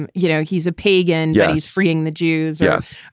and you know, he's a pagan. yeah he's freeing the jews. yes.